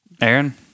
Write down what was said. Aaron